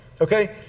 Okay